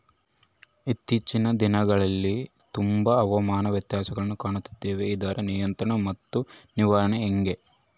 ಇತ್ತೇಚಿನ ದಿನಗಳಲ್ಲಿ ತುಂಬಾ ಹವಾಮಾನ ವ್ಯತ್ಯಾಸಗಳನ್ನು ಕಾಣುತ್ತಿದ್ದೇವೆ ಇದರ ನಿಯಂತ್ರಣ ಮತ್ತು ನಿರ್ವಹಣೆ ಹೆಂಗೆ?